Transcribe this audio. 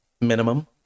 minimum